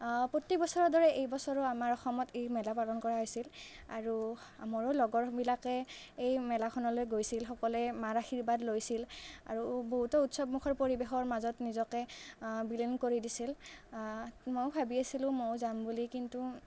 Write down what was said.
প্ৰত্যেক বছৰৰ দৰে এই বছৰো আমাৰ অসমত এই মেলা পালন কৰা হৈছিল আৰু মোৰো লগৰবিলাকে এই মেলাখনলৈ গৈছিল সকলোৱে মাৰ আশীৰ্বাদ লৈছিল আৰু বহুতো উৎসৱমুখৰ পৰিৱেশৰ মাজতে নিজকে বিলীন কৰি দিছিল ময়ো ভাবি আছিলোঁ ময়ো যাম বুলি কিন্তু